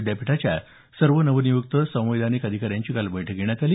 विद्यापीठाच्या सर्व नवनियुक्त संविधानिक अधिकाऱ्यांची काल बैठक घेण्यात आली